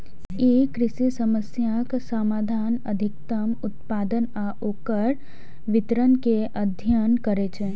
ई कृषि समस्याक समाधान, अधिकतम उत्पादन आ ओकर वितरण के अध्ययन करै छै